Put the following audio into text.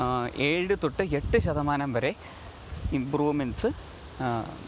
ഏഴ് തൊട്ട് എട്ടു ശതമാനം വരെ ഇമ്പ്രൂമെൻസ്